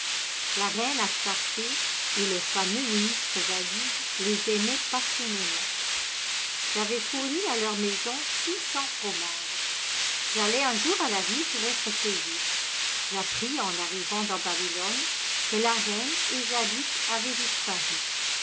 la reine astarté et le fameux ministre zadig les aimaient passionnément j'avais fourni à leurs maisons six cents fromages j'allai un jour à la ville pour être payé j'appris en arrivant dans babylone que la reine et zadig avaient disparu